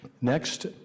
Next